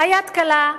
היד קלה,